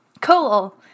cool